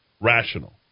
rational